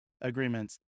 agreements